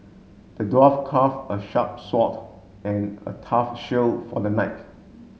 the dwarf craft a sharp sword and a tough shield for the knight